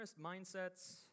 mindsets